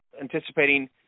anticipating